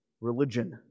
religion